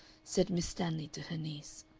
said miss stanley to her niece.